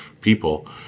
people